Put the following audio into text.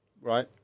Right